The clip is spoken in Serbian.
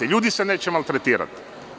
Ljudi se neće maltretirati.